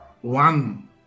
one